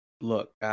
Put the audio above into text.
Look